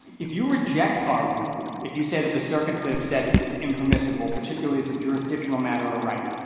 if you reject our rule, if you say that the circuits that have said this is impermissible, particularly as a jurisdictional matter or right,